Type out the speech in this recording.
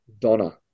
Donna